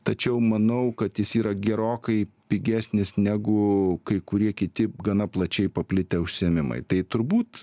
tačiau manau kad jis yra gerokai pigesnis negu kai kurie kiti gana plačiai paplitę užsiėmimai tai turbūt